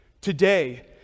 Today